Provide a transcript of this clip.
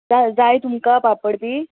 हय जाय तुमकां पापड बी